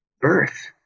birth